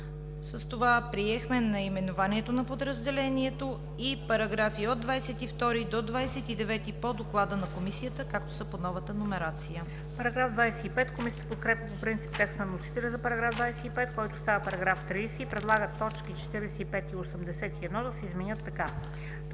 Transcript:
С това приехме наименованието на подразделението и параграфи от 22 до 29 по Доклада на Комисията, както са под новата номерация. ДОКЛАДЧИК МЕНДА СТОЯНОВА: Комисията подкрепя по принцип текста на вносителя за § 25, който става § 30 и предлага точки 45 и 81 да се изменят така: